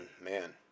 man